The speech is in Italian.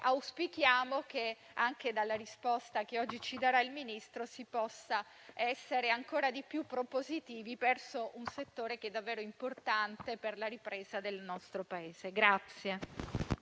Auspichiamo che - anche dalla risposta che oggi ci darà il Ministro - si possa essere ancora più propositivi verso un settore davvero importante per la ripresa del nostro Paese.